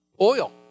oil